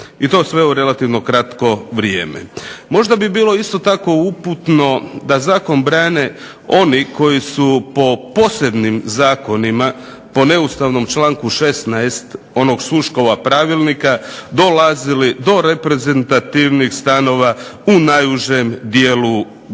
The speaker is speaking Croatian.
i to sve u relativno kratko vrijeme. Možda bi bilo isto tako uputno da zakon brane oni koji su po posebnim zakonima po neustavnom članku 16. onog Šuškovog pravilnika dolazili do reprezentativnih stanova u najužem dijelu grada